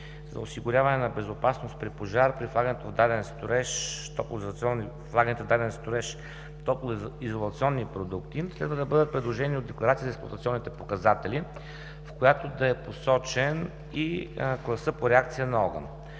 за осигуряване на безопасност при пожар при влагането в даден строеж, топлоизолационните продукти следва да бъдат придружени от декларация за експлоатационните показатели, в която да е посочен класът по реакция на огън.